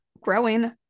growing